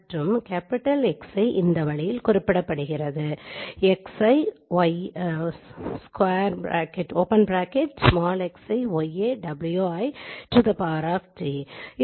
மற்றும் Xi இந்த வழியில் குறிப்பிடப்படுகிறது T